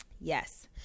Yes